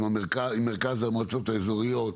עם מרכז המועצות האזוריות,